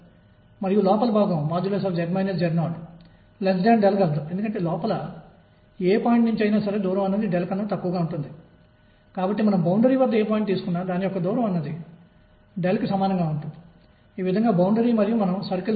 మరియు Wilson Sommerfeld నిబంధన ప్రకారం ఇది nh కు సమానంగా ఉండాలి